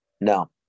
No